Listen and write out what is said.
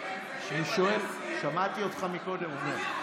שמעתי אותך אומר קודם.